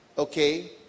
Okay